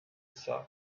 saw